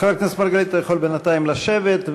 חבר הכנסת מרגלית, אתה יכול בינתיים לשבת.